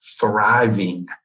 thriving